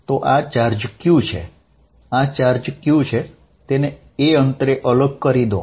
તો આ charge Q છે તેને a અંતરે અલગ કરી દો